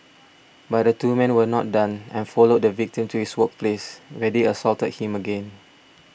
but the two men were not done and followed the victim to his workplace where they assaulted him again